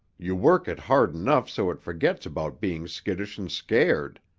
you work it hard enough so it forgets about being skittish and scared.